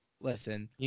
listen